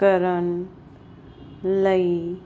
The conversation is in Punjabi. ਕਰਨ ਲਈ